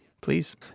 please